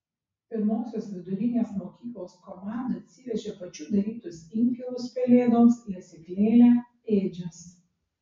pirmosios vidurinės mokyklos komanda atsivežė pačių darytus inkilus pelėdoms lesyklėlę ėdžias